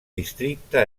districte